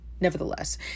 Nevertheless